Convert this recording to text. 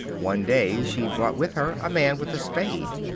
one day she brought with her a man with a spade.